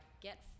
get